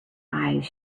eyes